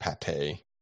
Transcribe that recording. pate